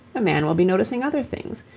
a man will be noticing other things.